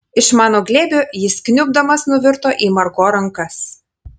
iš mano glėbio jis kniubdamas nuvirto į margo rankas